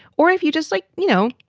or if you just like, you know,